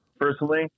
personally